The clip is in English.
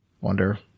Wonder